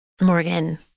Morgan